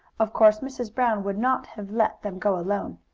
of course, mrs. brown would not have let them go alone.